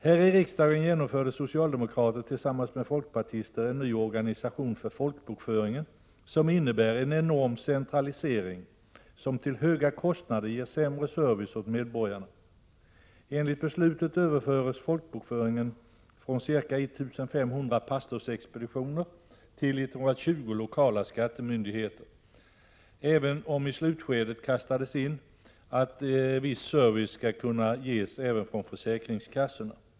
Här i riksdagen genomförde socialdemokrater tillsammans med folkpartister en ny organisation för folkbokföringen som innebär en enorm centralisering, som till höga kostnader ger sämre service åt medborgarna. Enligt beslutet överförs folkbokföringen från ca 1 500 pastorsexpeditioner till 120 lokala skattemyndigheter, även om det i slutskedet kastades in att viss service skall kunna ges även från försäkringskassorna.